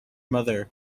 mother